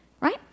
Right